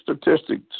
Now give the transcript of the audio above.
statistics